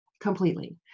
completely